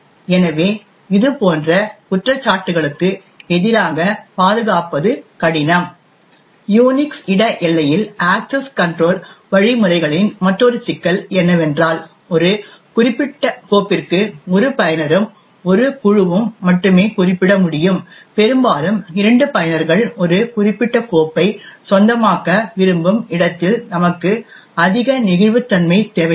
எனவே இதுபோன்ற குற்றச்சாட்டுகளுக்கு எதிராக பாதுகாப்பது கடினம் யுனிக்ஸ் இடஎல்லையில் அக்சஸ் கன்ட்ரோல் வழிமுறைகளின் மற்றொரு சிக்கல் என்னவென்றால் ஒரு குறிப்பிட்ட கோப்பிற்கு ஒரு பயனரும் ஒரு குழுவும் மட்டுமே குறிப்பிட முடியும் பெரும்பாலும் இரண்டு பயனர்கள் ஒரு குறிப்பிட்ட கோப்பை சொந்தமாக்க விரும்பும் இடத்தில் நமக்கு அதிக நெகிழ்வுத்தன்மை தேவைப்படும்